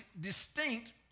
distinct